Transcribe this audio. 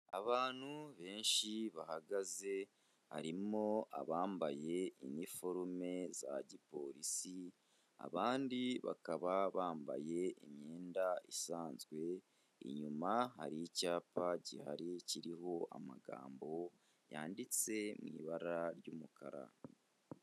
Abantu benshi bahagaze harimo abambaye iniforume za gipolisi, abandi bakaba bambaye imyenda isanzwe, inyuma hari icyapa gihari kiriho amagambo yanditse mu ibara ry'umukara.